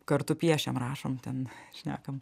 kartu piešiam rašom ten šnekam